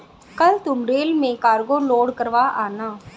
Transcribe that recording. कल तुम रेल में कार्गो लोड करवा आना